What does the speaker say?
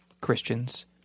Christians